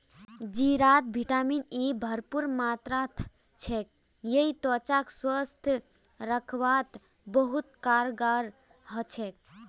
जीरात vitamin E भरपूर मात्रात ह छेक यई त्वचाक स्वस्थ रखवात बहुत कारगर ह छेक